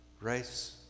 race